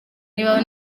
niba